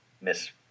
Miss